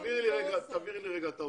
תעבירי לי רגע את האוצר.